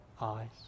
eyes